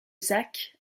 zach